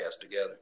together